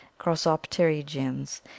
crossopterygians